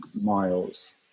Miles